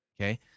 Okay